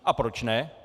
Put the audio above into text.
A proč ne?